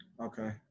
Okay